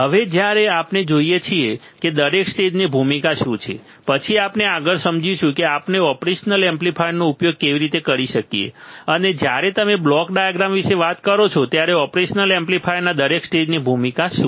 હવે જ્યારે આપણે જોઈએ છીએ કે દરેક સ્ટેજની ભૂમિકા શું છે પછી આપણે આગળ સમજીશું કે આપણે ઓપરેશન એમ્પ્લીફાયરનો ઉપયોગ કેવી રીતે કરી શકીએ અને જ્યારે તમે બ્લોક ડાયાગ્રામ વિશે વાત કરો ત્યારે ઓપરેશનલ એમ્પ્લીફાયરના દરેક સ્ટેજની ભૂમિકા શું છે